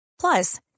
Plus